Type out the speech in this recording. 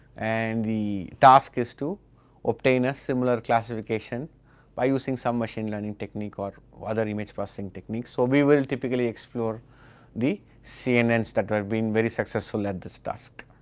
and the task is to obtain a similar classification by using some machine learning techniques or other image processing techniques. so we will typically explore the cnn's that have been very successful at this task.